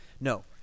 No